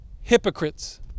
hypocrites